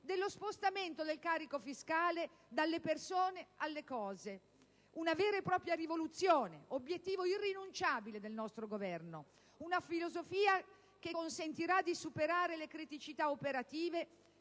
dello spostamento del carico fiscale dalle persone alle cose: una vera e propria rivoluzione, obiettivo irrinunciabile del nostro Governo. Una filosofia che consentirà di superare le criticità operative